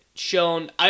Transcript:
shown